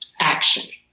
action